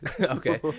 Okay